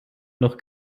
noch